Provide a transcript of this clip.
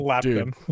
Dude